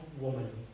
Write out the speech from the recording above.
woman